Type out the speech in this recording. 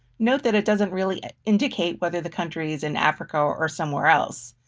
note that it doesn't really indicate whether the country is in africa or somewhere else.